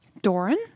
Doran